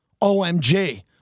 OMG